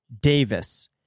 Davis